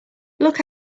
look